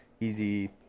easy